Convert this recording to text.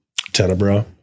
Tenebra